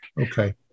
Okay